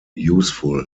useful